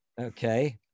okay